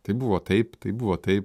tai buvo taip tai buvo taip